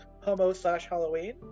homo-slash-Halloween